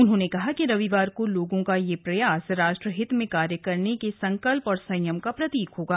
उन्होंने कहा कि रविवार को लोगों का यह प्रयास राष्ट्रीय हित में कार्य करने के संकल्प और संयम का प्रतीक होगा